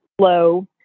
low